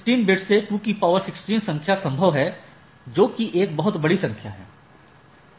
16 bit से 216 संख्या संभव है जो कि एक बहुत बड़ी संख्या है